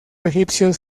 egipcios